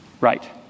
Right